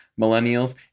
millennials